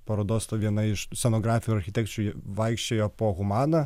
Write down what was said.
parodos ta viena iš scenografių architekčių ji vaikščiojo po humaną